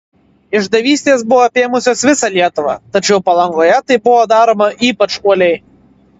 išdavystės buvo apėmusios visą lietuvą tačiau palangoje tai buvo daroma ypač uoliai